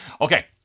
Okay